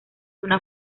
una